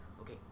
okay